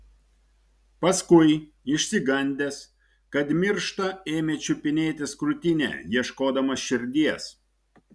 paskui išsigandęs kad miršta ėmė čiupinėtis krūtinę ieškodamas širdies